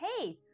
Hey